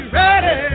ready